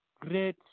great